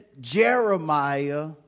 Jeremiah